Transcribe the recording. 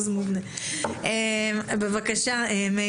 בבקשה.